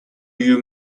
you